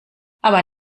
aber